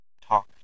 talk